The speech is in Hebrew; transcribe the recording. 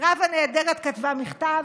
מירב הנהדרת כתבה מכתב.